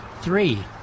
three